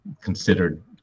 considered